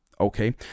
okay